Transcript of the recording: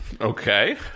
Okay